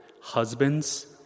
Husbands